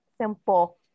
simple